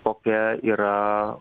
kokia yra